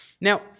Now